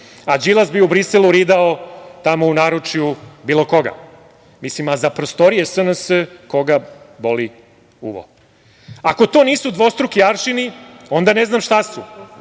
a Đilas bi u Briselu ridao tamo u naručju bilo koga, a za prostorije SNS koga boli uvo. Ako to nisu dvostruki aršini, onda ne znam šta su,